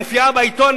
היא מופיעה בעיתון,